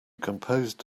composed